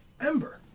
ember